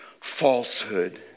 falsehood